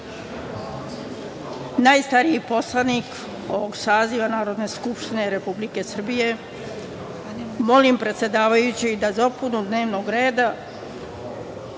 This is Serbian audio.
najstariji poslanik ovog saziva Narodne skupštine Republike Srbije. Molim predsedavajućeg za dopunu dnevnog reda